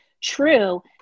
true